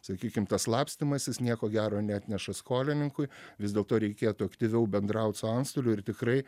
sakykim tas slapstymasis nieko gero neatneša skolininkui vis dėlto reikėtų aktyviau bendraut su antstoliu ir tikrai